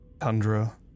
tundra